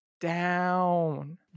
down